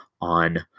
on